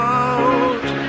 out